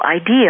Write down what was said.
idea